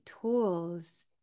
tools